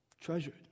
treasured